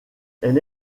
elle